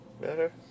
Better